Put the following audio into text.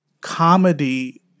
Comedy